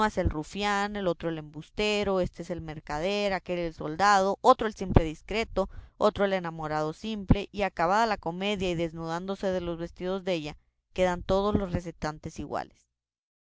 rufián otro el embustero éste el mercader aquél el soldado otro el simple discreto otro el enamorado simple y acabada la comedia y desnudándose de los vestidos della quedan todos los recitantes iguales